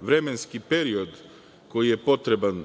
vremenski period koji je potreban,